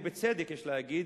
ובצדק יש להגיד,